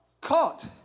caught